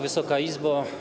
Wysoka Izbo!